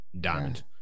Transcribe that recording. diamond